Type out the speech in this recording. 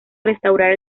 restaurar